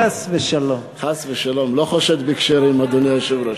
חס ושלום, לא חושד בכשרים, אדוני היושב-ראש.